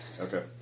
Okay